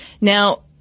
Now